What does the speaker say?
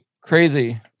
crazy